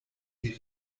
die